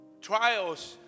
Trials